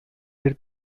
were